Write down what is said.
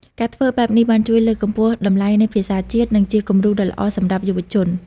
ការធ្វើបែបនេះបានជួយលើកកម្ពស់តម្លៃនៃភាសាជាតិ និងជាគំរូដ៏ល្អសម្រាប់យុវជន។